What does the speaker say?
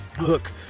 Look